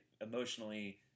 emotionally